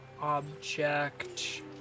object